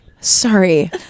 Sorry